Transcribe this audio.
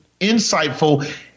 insightful